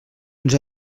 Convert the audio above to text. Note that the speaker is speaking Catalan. ens